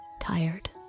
tired